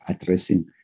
addressing